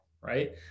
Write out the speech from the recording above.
right